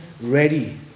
ready